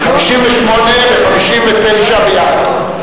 58 ו-59 ביחד.